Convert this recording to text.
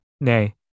nay